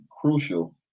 crucial